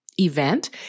event